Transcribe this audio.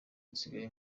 nsigaye